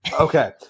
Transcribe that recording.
Okay